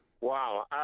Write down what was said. Wow